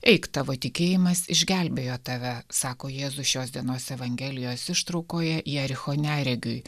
eik tavo tikėjimas išgelbėjo tave sako jėzus šios dienos evangelijos ištraukoje jericho neregiui